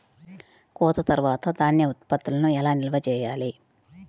కోత తర్వాత ధాన్య ఉత్పత్తులను ఎలా నిల్వ చేయాలి?